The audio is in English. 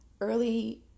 early